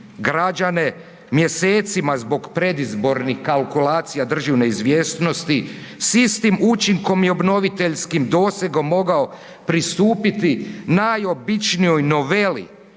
građane mjesecima zbog predizbornih kalkulacija drži u neizvjesnosti s istim učinkom i obnoviteljskim dosegom mogao pristupiti najobičnijoj noveli